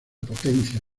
potencia